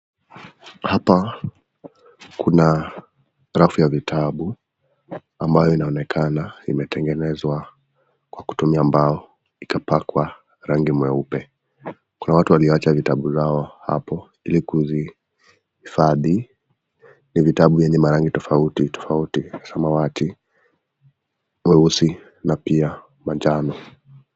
Hapa kuna rafu ya vitabu ambayo inaonekana imetengenezwa kwa kutumia bao ikapakwa rangi mweupe, kuna watu waliowacha vitabu lao hapo ili kuzihifadhi ni vitabu zenye marangi tofauti tofauti samawati ,mweusi na pia manjano.